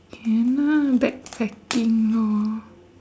can ah backpacking lor